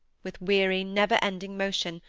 with weary, never-ending motion,